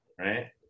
right